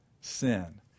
sin